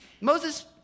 Moses